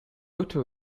kyoto